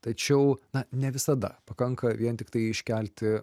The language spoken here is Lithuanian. tačiau na ne visada pakanka vien tiktai iškelti